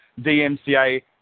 DMCA